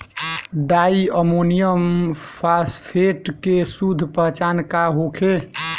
डाई ammonium phosphate के शुद्ध पहचान का होखे?